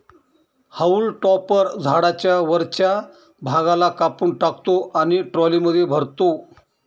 haulm topper झाडाच्या वरच्या भागाला कापून टाकतो आणि ट्रॉलीमध्ये भरतो